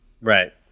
Right